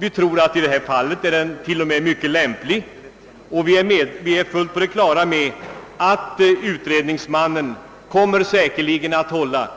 Vi tror att den i detta fall till och med är mycket lämplig, och vi är fullt på det klara med att utredningsmannen säkerligen kommer att hålla